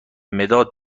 مداد